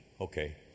okay